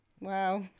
Wow